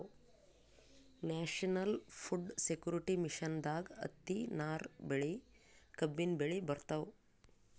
national food security ಮಿಷನ್ದಾಗ್ ಹತ್ತಿ, ನಾರ್ ಬೆಳಿ, ಕಬ್ಬಿನ್ ಬೆಳಿ ಬರ್ತವ್